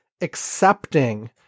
accepting